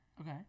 Okay